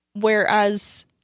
Whereas